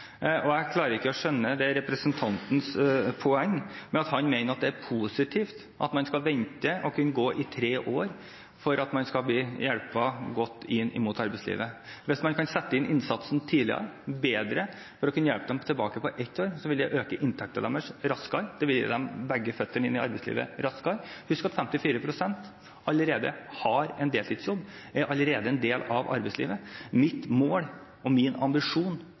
Jeg klarer ikke å skjønne representantens poeng når han mener at det er positivt at man skal kunne gå og vente i tre år for at man skal bli hjulpet godt inn mot arbeidslivet. Hvis man kan sette inn innsatsen tidligere og bedre for å kunne hjelpe dem tilbake på ett år, vil det øke inntektene deres raskere, det vil gi dem begge føttene inn i arbeidslivet raskere. Husk at 54 pst. allerede har en deltidsjobb og allerede er en del av arbeidslivet. Mitt mål og min og regjeringens ambisjon